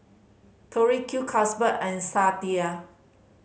Tori Q Carlsberg and Sadia